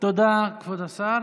תודה לכבוד השר.